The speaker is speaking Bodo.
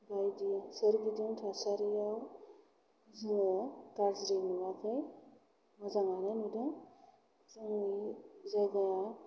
बायदि सोरगिदिं थासारियाव जोङो गाज्रि नुवाखै मोजाङानो नुदों जोंनि जायगाया